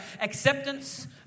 acceptance